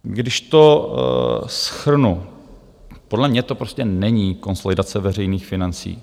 Když to shrnu, podle mě to prostě není konsolidace veřejných financí.